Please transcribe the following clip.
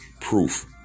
proof